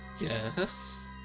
yes